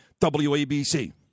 WABC